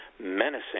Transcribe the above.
menacing